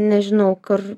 nežinau kur